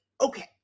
okay